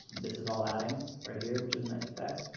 this is all adding here, which is a nice effect.